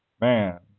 man